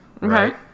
right